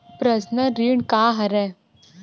Personal ऋण का हरय?